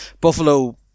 Buffalo